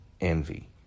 Envy